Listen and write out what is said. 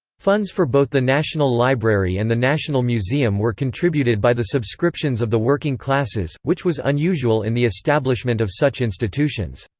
funds for both the national library and the national museum were contributed by the subscriptions of the working classes, which was unusual in the establishment of such institutions.